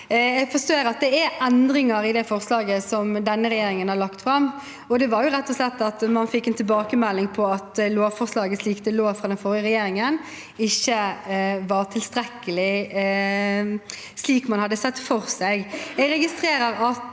Jeg forstår at det er endringer i det forslaget som denne regjeringen har lagt fram. Det kommer rett og slett av at man fikk en tilbakemelding på at lovforslaget, slik det lå fra den forrige regjeringen, ikke var tilstrekkelig slik man hadde sett for seg. Jeg registrerer at